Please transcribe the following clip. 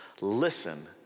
listen